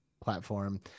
platform